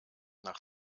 nach